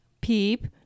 Peep